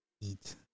eat